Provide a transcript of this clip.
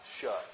shut